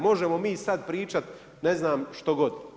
Možemo mi sad pričati, ne znam što god.